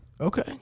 Okay